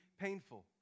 painful